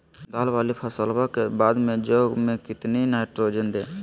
दाल वाली फसलों के बाद में जौ में कितनी नाइट्रोजन दें?